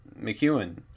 McEwen